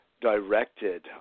directed